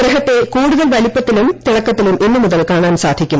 ഗ്രഹത്തെ കൂടുതൽ വലിപ്പത്തിലും തിളക്കത്തിലും ഇന്ന് മുതൽ കാണാൻ സാധിക്കും